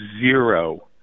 zero